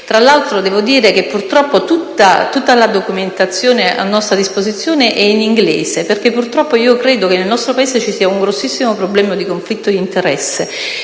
Tra l'altro, devo dire che tutta la documentazione a nostra disposizione è in inglese, perché purtroppo io credo che nel nostro Paese ci sia un grossissimo problema di conflitto di interessi: